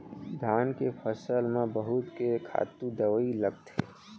धान के फसल म बहुत के खातू दवई लगथे